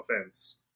offense